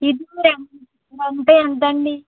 ఇది కూడా రెంట్ ఎంతండి